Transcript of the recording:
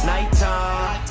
Nighttime